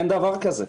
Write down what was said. אין דבר כזה.